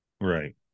right